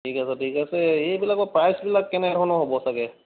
ঠিক আছে ঠিক আছে এইবিলাকৰ প্ৰাইচবিলাক কেনেধৰণৰ হ'ব ছাগৈ